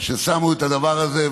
ששמו את הדבר הזה.